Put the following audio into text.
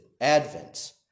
Advent